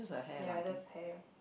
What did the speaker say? ya that's her hair